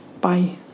Bye